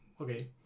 Okay